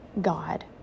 God